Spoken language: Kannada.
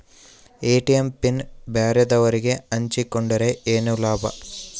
ಎ.ಟಿ.ಎಂ ಪಿನ್ ಬ್ಯಾರೆದವರಗೆ ಹಂಚಿಕೊಂಡರೆ ಏನು ಲಾಭ?